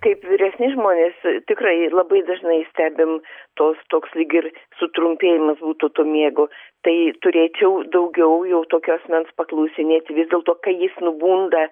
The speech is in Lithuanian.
kaip vyresni žmonės tikrai labai dažnai stebim tos toks lyg ir sutrumpėjimas būtų to miego tai turėčiau daugiau jau tokio asmens paklausinėti vis dėlto kai jis nubunda